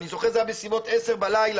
אני זוכר זה היה בסביבות 10 בלילה,